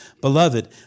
Beloved